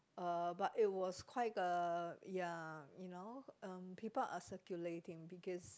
uh but it was quite a ya you know um people are circulating because